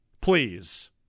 Please